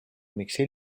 miks